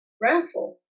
Raffle